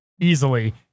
easily